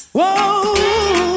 Whoa